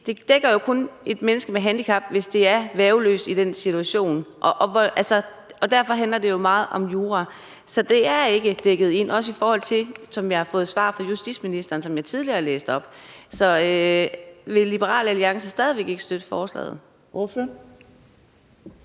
kun dækker et menneske med handicap, hvis vedkommende er værgeløs i den situation. Og derfor handler det jo meget om jura. Så det er ikke dækket ind – det har jeg også fået et svar fra justitsministeren om, som jeg tidligere læste op. Så vil Liberal Alliance stadig væk ikke støtte forslaget?